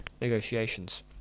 negotiations